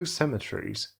cemeteries